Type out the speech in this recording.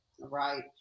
Right